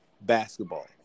basketball